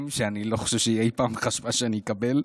שאני לא חושב שהיא אי פעם חשבה שאני אקבל,